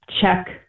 check